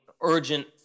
urgent